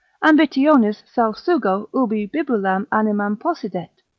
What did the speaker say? ambitionis salsugo ubi bibulam animam possidet,